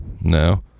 No